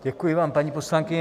Děkuji vám, paní poslankyně.